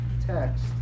text